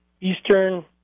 Eastern